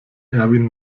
erwin